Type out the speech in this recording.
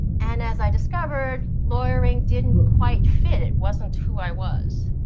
and as i discovered, lawyering didn't quite fit. it wasn't who i was.